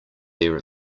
there